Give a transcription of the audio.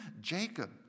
Jacob